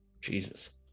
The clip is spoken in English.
Jesus